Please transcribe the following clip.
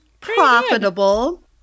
profitable